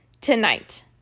tonight